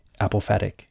apophatic